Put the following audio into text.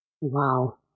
Wow